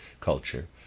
culture